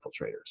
infiltrators